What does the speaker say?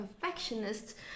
perfectionist